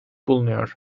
bulunuyor